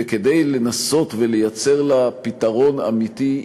וכדי לנסות ולייצר לה פתרון אמיתי,